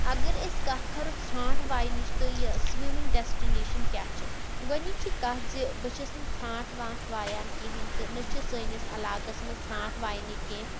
اگر أسۍ کَتھ کَرو ژھرٛانٛٹھ واینٕچ تہٕ یہِ سومِنٛگ ڈٮ۪سٹِنیشَن کیٛاہ چھِ گۄڈنِچی کَتھ زِ بہٕ چھَس نہٕ ژھرٛانٛٹھ ورانٛٹھ وایان کِہیٖنۍ تہِ نہٕ چھِ سٲنِس عَلاقَس منٛز ژھرٛانٛٹھ واینہٕ کیٚنٛہہ